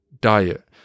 diet